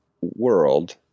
World